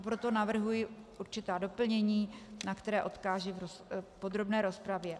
Proto navrhuji určitá doplnění, na která odkážu v podrobné rozpravě.